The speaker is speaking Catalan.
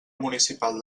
municipal